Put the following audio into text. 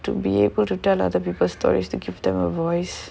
to be able to tell other people stories to give them a voice